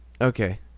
okay